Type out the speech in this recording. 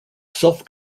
self